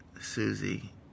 Susie